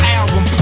album